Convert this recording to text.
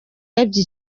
wagabye